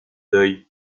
deuil